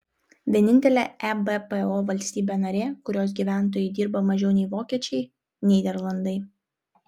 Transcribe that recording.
vienintelė ebpo valstybė narė kurios gyventojai dirba mažiau nei vokiečiai nyderlandai